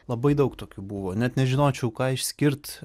labai daug tokių buvo net nežinočiau ką išskirt